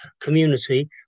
community